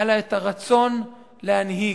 היה לה הרצון להנהיג.